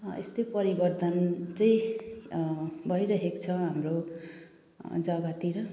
यस्तै परिवर्तन चाहिँ भइरहेको छ हाम्रो जग्गातिर